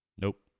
nope